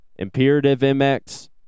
imperativemx